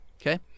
Okay